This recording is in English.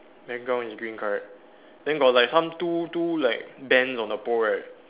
background is green correct then got like some two two like bands on the pole right